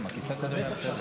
הכנסת,